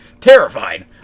Terrified